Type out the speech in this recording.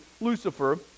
lucifer